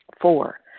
Four